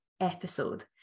episode